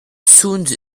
sound